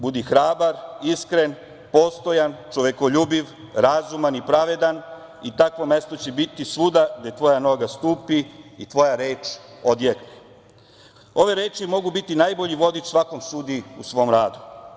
Budi hrabar, iskren, postojan, čovekoljubiv, razuman i pravedan i takvo mesto će biti svuda gde tvoja noga stupi i tvoja reč odjekne." Ove reči mogu biti najbolji vodič svakom sudiji u svom radu.